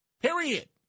Period